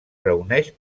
reuneix